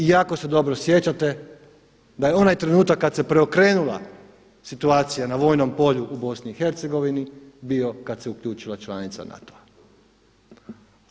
I jako se dobro sjećate da je onaj trenutak kad se preokrenula situacija na vojnom polju u BIH bio kad se uključila članica NATO-a.